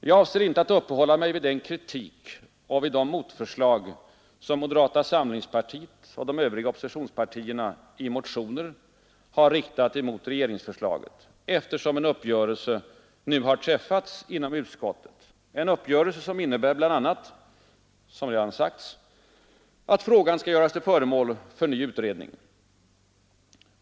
Jag avser inte att uppehålla mig vid den kritik och de motförslag som moderata samlingspartiet och de övriga oppositionspartierna i motioner riktat mot regeringsförslaget, eftersom en uppgörelse nu träffats inom utskottet. Den uppgörelsen innebär bl.a., som redan sagts, att frågan skall göras till föremål för ny utredning.